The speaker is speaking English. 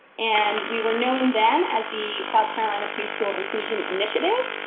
and we were known then as the south carolina preschool inclusion initiative.